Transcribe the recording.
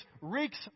reeks